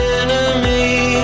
enemy